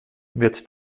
wird